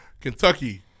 Kentucky